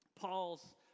Paul's